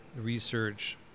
research